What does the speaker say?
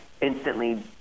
instantly